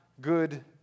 good